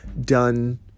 done